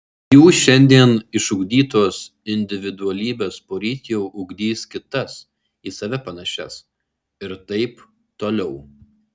jų šiandien išugdytos individualybės poryt jau ugdys kitas į save panašias ir taip toliau